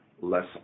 less